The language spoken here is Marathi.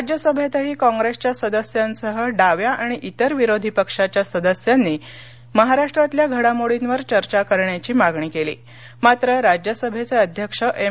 राज्यसभेतही कॉंग्रेसच्या सदस्यांसहडाव्या आणि इतर विरोधी पक्षांच्या सदस्यांनी महाराष्ट्रातल्याघडामोर्डीवर चर्चा करण्याची मागणी केली मात्र राज्यसभेचे अध्यक्ष एम